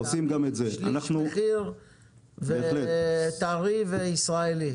תאמין לי, שליש מחיר טרי וישראלי.